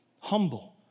humble